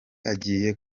agiye